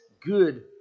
good